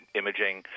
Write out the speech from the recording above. imaging